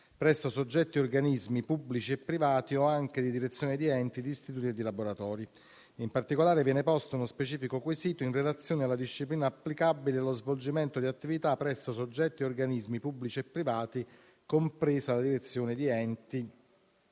presso soggetti e organismi, pubblici e privati, o anche di direzione di enti, di istituti e di laboratori. In particolare, viene posto uno specifico quesito in relazione alla disciplina applicabile allo svolgimento di attività presso soggetti e organismi, pubblici e privati, compresa la direzione di enti,